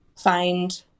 find